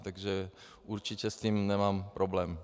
Takže určitě s tím nemám problém.